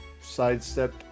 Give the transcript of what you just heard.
sidestep